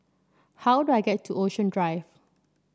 how do I get to Ocean Drive